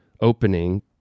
opening